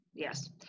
Yes